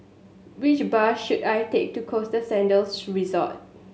which bus should I take to Costa Sands Resort